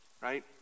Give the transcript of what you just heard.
right